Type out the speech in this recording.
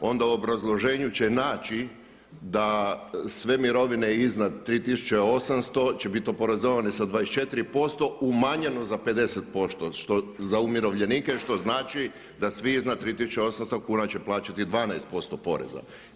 Onda u obrazloženju će naći da sve mirovine iznad 3800 će bit oporezovane sa 24% umanjeno za 50% što za umirovljenike, što znači da svi iznad 3800 kuna će plaćati 12% poreza.